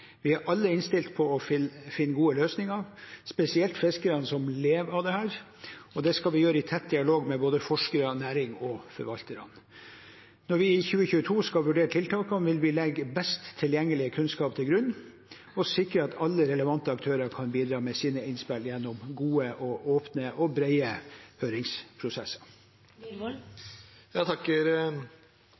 Vi er alle innstilt på å finne gode løsninger, spesielt fiskerne som lever av dette, og det skal vi gjøre i tett dialog med både forskerne, næringen og forvalterne. Når vi i 2022 skal vurdere tiltakene, vil vi legge best tilgjengelig kunnskap til grunn og sikre at alle relevante aktører kan bidra med sine innspill gjennom gode, åpne og breie høringsprosesser. Jeg takker